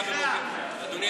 אדוני